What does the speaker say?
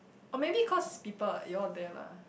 oh maybe cause people you all are there lah